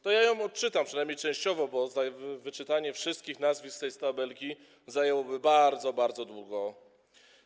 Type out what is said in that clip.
To ja ją odczytam, przynajmniej częściowo, bo wyczytanie wszystkich nazwisk z tej tabelki zajęłoby bardzo, bardzo dużo czasu.